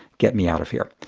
get me out of here.